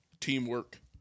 teamwork